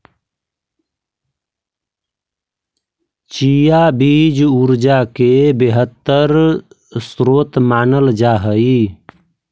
chia बीज ऊर्जा के बेहतर स्रोत मानल जा हई